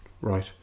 right